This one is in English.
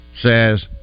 says